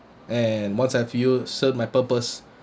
and once I feel serve my purpose